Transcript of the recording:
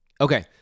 Okay